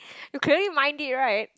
you clearly mind it right